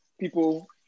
people